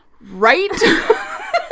Right